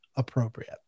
appropriate